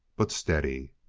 but steady.